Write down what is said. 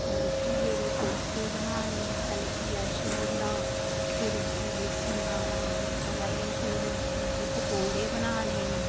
घीए दे कोफ्ते बनाने पैहले घीआ छूरा फिर उसी बेसन लाना बेसन लाइयै फिर ओह्दे निक्के निक्के पकौडे बनाने